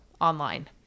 online